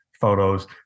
photos